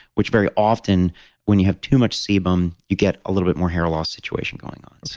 which very often when you have too much sebum you get a little bit more hair loss situation going on so